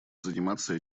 заниматься